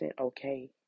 okay